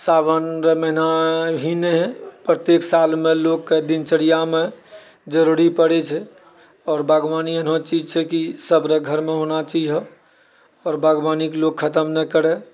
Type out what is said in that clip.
सावनके महिना ही नहि प्रत्येक सालमे लोकके दिनचर्यामे जरूरी पड़ैत छै आओर बागवानी एहन चीज छै कि सभ घरमे होना चाहिए आओर बागवानीकेँ लोग खतम नहि करय